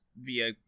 via